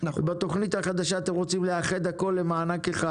ובתכנית החדשה אתם רוצים לאחד הכל למענק אחד.